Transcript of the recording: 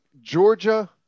Georgia